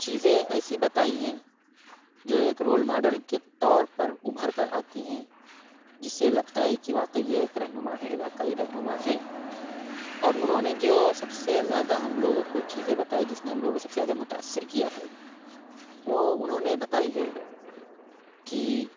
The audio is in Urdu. چیزیں ایسی بتائی ہیں جو ایک رول ماڈل کے طور پر اُبھر کر آتی ہیں جس سے لگتا ہے کہ واقعی یہ ایک رہنما ہیں علاقائی رہنما ہیں اور اُنہوں نے جو سب سے زیادہ ہم لوگوں کو چیزیں بتائی جس نے ہم لوگوں کو سب سے زیادہ متاثر کیا ہے وہ اُنہوں نے بتائی ہے کہ